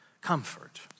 Comfort